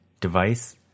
device